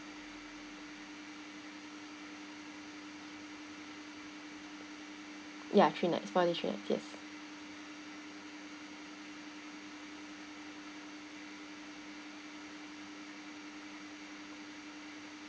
ya three nights four days three nights yes